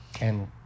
and-